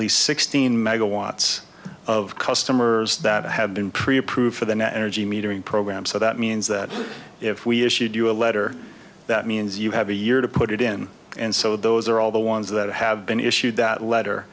y sixteen megawatts of customers that have been pre approved for the net energy metering program so that means that if we issued you a letter that means you have a year to put it in and so those are all the ones that have been issued that letter